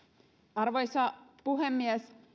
arvoisa puhemies